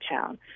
town